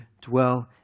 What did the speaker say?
dwell